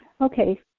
Okay